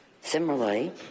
Similarly